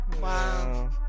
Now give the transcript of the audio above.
Wow